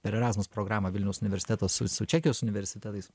per erasmus programą vilniaus universitetas su čekijos universitetais